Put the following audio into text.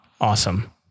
Awesome